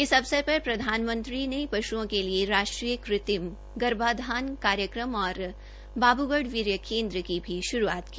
इस अवसर पर प्रधानमंत्री ने पशुओं के लिए राष्ट्रीय कूत्रिम गर्भाधान कार्यक्रम और बाबूगढ़ वीर्य केन्द्र की भी शुरूआत की